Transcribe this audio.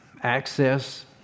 access